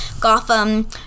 Gotham